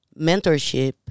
mentorship